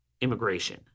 immigration